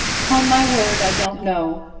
upon my word i don't know,